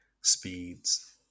speeds